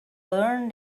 learn